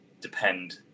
depend